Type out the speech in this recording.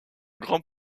grand